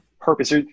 purpose